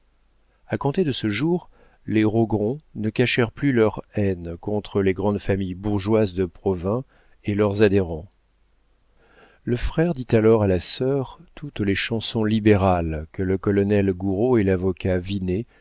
a compter de ce jour les rogron ne cachèrent plus leur haine contre les grandes familles bourgeoises de provins et leurs adhérents le frère dit alors à la sœur toutes les chansons libérales que le colonel gouraud et l'avocat